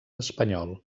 espanyol